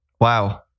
Wow